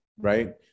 Right